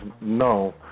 no